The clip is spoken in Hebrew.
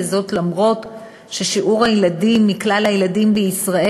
אף ששיעור הילדים הערבים מכלל הילדים בישראל,